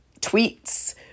tweets